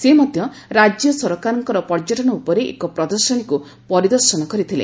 ସେ ମଧ୍ୟ ରାଜ୍ୟ ସରକାରଙ୍କର ପର୍ଯ୍ୟଟନ ଉପରେ ଏକ ପ୍ରଦର୍ଶନୀକୁ ପରିଦର୍ଶନ କରିଥିଲେ